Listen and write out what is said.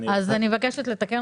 אני מבקשת לתקן